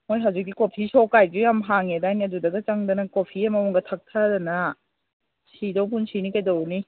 ꯃꯣꯏ ꯍꯧꯖꯤꯛꯇꯤ coffee shop ꯀꯥꯏꯅꯁꯨ ꯌꯥꯝ ꯍꯥꯡꯉꯦꯗꯥꯏꯅꯦ ꯑꯗꯨꯗꯒ ꯆꯪꯗꯅ ꯀꯣꯐꯤ ꯑꯃꯃꯝꯒ ꯊꯛꯊꯗꯅ ꯁꯤꯗꯧ ꯄꯨꯟꯁꯤꯅꯤ ꯀꯩꯗꯧꯔꯨꯅꯤ